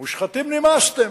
"מושחתים, נמאסתם".